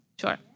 Sure